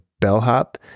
bellhop